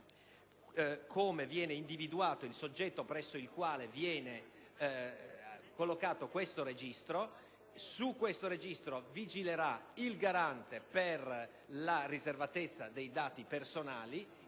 cui viene individuato il soggetto presso il quale viene collocato tale registro, e su di esso vigilerà il Garante per la riservatezza dei dati personali: